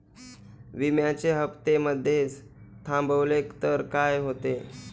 विम्याचे हफ्ते मधेच थांबवले तर काय होते?